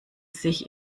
sich